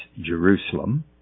Jerusalem